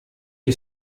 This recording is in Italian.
gli